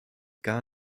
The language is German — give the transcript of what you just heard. gar